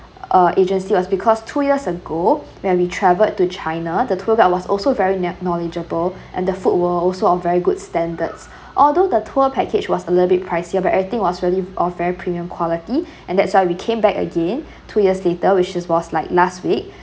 uh agency was because two years ago when we traveled to china the tour guide was also very kno~ knowledgeable and the foods were also a very good standards although the tour package was a little bit pricier but everything was really of very premium quality and that's why we came back again two years later which is was like last week